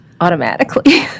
Automatically